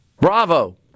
Bravo